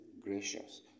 gracious